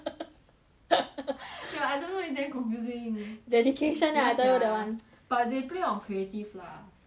ya I don't know it's damn confusing dedication ya sia I tell you lah that [one] but they play on creative lah so not so bad